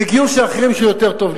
וגיור של אחרים, שהוא יותר טוב.